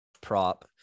prop